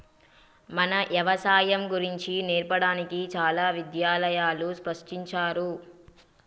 మన యవసాయం గురించి నేర్పడానికి చాలా విద్యాలయాలు సృష్టించారు